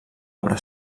obra